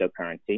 cryptocurrency